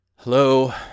hello